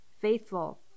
faithful